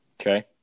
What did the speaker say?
Okay